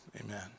Amen